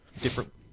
different